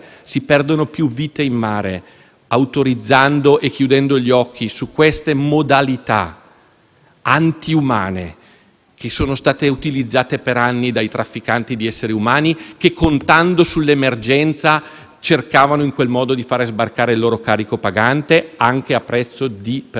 antiumane, utilizzate per anni dai trafficanti di esseri umani che, contando sull'emergenza, cercavano in quel modo di far sbarcare il loro carico pagante, anche a prezzo di persone che sono affondate nel Mediterraneo, oppure paga di più, proprio in termini di salvaguardia della dignità della